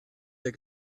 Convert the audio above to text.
der